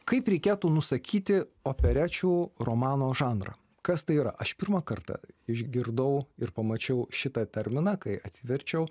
kaip reikėtų nusakyti operečių romano žanrą kas tai yra aš pirmą kartą išgirdau ir pamačiau šitą terminą kai atsiverčiau